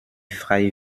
frei